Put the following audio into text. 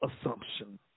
assumption